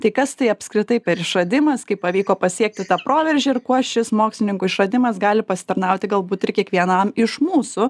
tai kas tai apskritai per išradimas kaip pavyko pasiekti tą proveržį ir kuo šis mokslininkų išradimas gali pasitarnauti galbūt ir kiekvienam iš mūsų